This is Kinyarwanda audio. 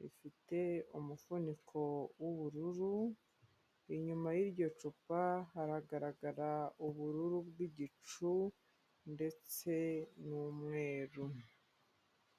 rifite umufuniko w'ubururu, inyuma y'iryo cupa haragaragara ubururu bw'igicu ndetse n'umweru.